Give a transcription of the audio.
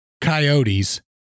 Coyotes